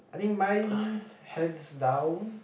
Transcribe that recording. I think mine hands down